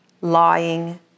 lying